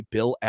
Bill